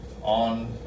on